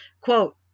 Quote